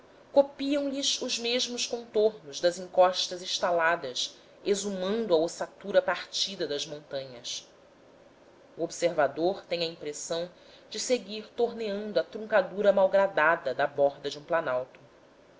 copiam lhes os mesmos contornos das encostas estaladas exumando a ossatura partida das montanhas o observador tem a impressão de seguir torneando a truncadura malgradada da borda de um planalto